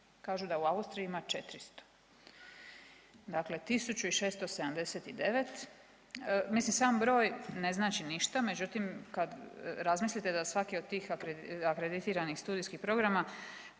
Kažu da u Austriji ima 400. Dakle, 1679. Mislim sam broj ne znači ništa, međutim kad razmislite da svaki od tih akreditiranih studijskih programa